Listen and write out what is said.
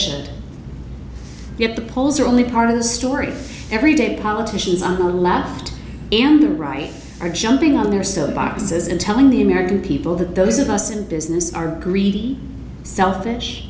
if the polls are only part of the story if every day politicians on the left and the right are jumping on their silly boxes and telling the american people that those of us in business are greedy selfish